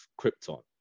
Krypton